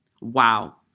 Wow